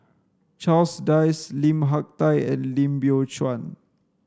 Charles Dyce Lim Hak Tai and Lim Biow Chuan